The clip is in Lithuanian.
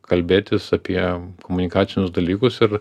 kalbėtis apie komunikacinius dalykus ir